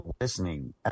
listening